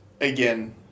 Again